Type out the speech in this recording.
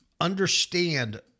understand